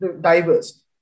diverse